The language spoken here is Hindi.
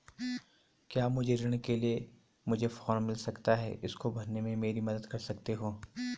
क्या मुझे ऋण के लिए मुझे फार्म मिल सकता है इसको भरने में मेरी मदद कर सकते हो?